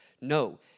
No